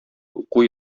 уку